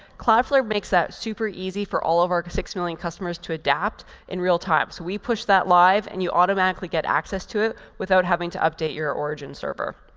cloudflare makes that super easy for all of our six million customers to adapt in real time. so we push that live, and you automatically get access to it without having to update your origin server.